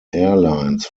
airlines